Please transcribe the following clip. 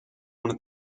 una